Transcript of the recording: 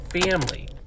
family